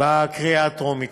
בקריאה הטרומית.